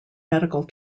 medical